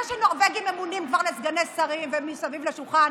זה שנורבגים ממונים כבר לסגני שרים והם מסביב לשולחן,